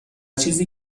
چیزی